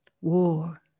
war